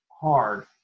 hard